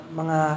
mga